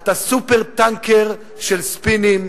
אתה "סופר-טנקר" של ספינים,